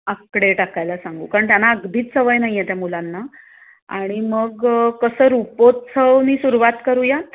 आकडे टाकायला सांगू कारण त्यांना अगदीच सवय नाही आहे त्या मुलांना आणि मग कसं रूपोत्सवने सुरवात करूयात